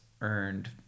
earned